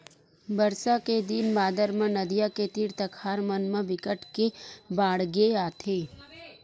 बरसा के दिन बादर म नदियां के तीर तखार मन म बिकट के बाड़गे आथे